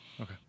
Okay